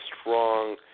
strong –